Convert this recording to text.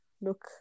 look